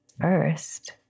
First